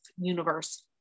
universe